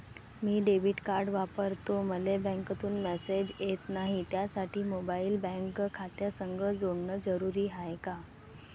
मी debit card वापरतो मले बँकेतून मॅसेज येत नाही, त्यासाठी मोबाईल बँक खात्यासंग जोडनं जरुरी हाय का?